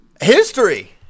History